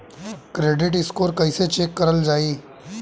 Credit score कइसे check करल जायी?